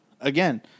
Again